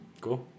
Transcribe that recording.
Cool